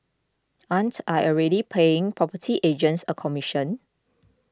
aren't I already paying property agents a commission